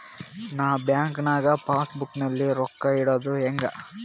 ನಾ ಬ್ಯಾಂಕ್ ನಾಗ passbook ನಲ್ಲಿ ರೊಕ್ಕ ಇಡುದು ಹ್ಯಾಂಗ್?